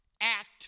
act